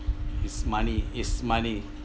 it's money it's money